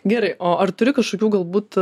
gerai o ar turi kažkokių galbūt